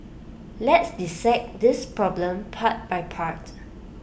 let's dissect this problem part by part